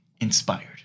Inspired